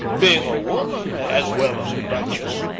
being a woman as well as a duchess.